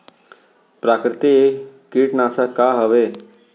प्राकृतिक कीटनाशक का हवे?